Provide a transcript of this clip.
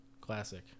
Classic